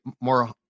more